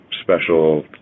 special